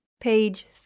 Page